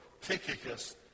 Tychicus